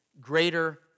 greater